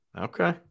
Okay